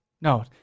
No